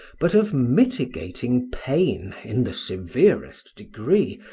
but of mitigating pain in the severest degree,